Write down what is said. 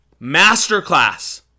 Masterclass